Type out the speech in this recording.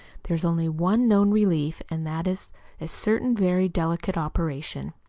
there is only one known relief, and that is a certain very delicate operation.